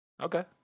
Okay